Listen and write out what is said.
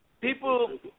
People